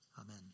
amen